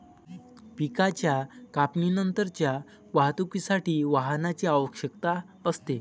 पिकाच्या कापणीनंतरच्या वाहतुकीसाठी वाहनाची आवश्यकता असते